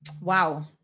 wow